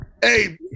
Hey